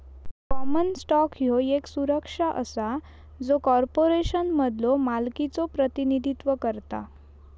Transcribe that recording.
common stock ह्यो येक सुरक्षा असा जो कॉर्पोरेशनमधलो मालकीचो प्रतिनिधित्व करता